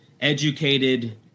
educated